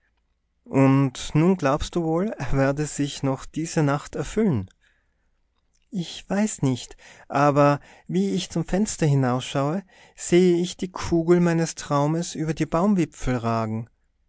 und nun glaubst du wohl er werde sich noch diese nacht erfüllen ich weiß nicht aber wie ich zum fenster hinausschaue sehe ich die kugel meines traumes über die baumwipfel ragen